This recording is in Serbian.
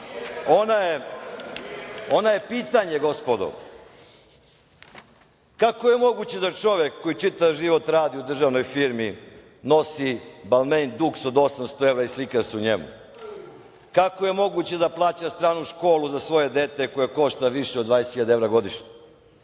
Ona je pitanje, gospodo. Kako je moguće da čovek koji čitav život radi u državnoj firmi nosi Balmain duks od 800 evra i slika se u njemu? Kako je moguće da plaća stranu školu za svoje dete koja košta više od 20.000 evra godišnje?